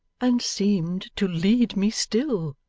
and seemed to lead me still